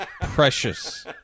Precious